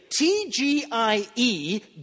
TGIE